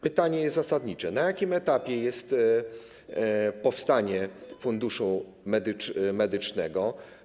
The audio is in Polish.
Pytanie jest zasadnicze: Na jakim etapie jest powstanie funduszu medycznego?